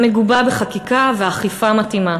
המגובה בחקיקה ואכיפה מתאימה.